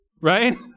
right